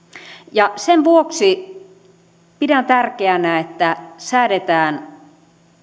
ja sen vuoksi pidän tärkeänä että säädetään